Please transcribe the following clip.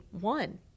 one